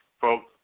Folks